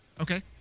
Okay